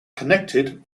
connected